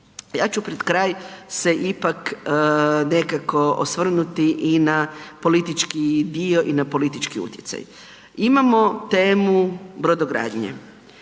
Ja ću pred kraj se ipak nekako osvrnuti i na politički dio i na politički utjecaj. Imamo temu brodogradnje